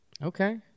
Okay